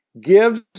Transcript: gives